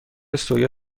سویا